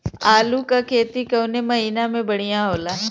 आलू क खेती कवने महीना में बढ़ियां होला?